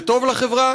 זה טוב לחברה,